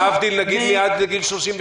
להבדיל למשל מעד גיל 32,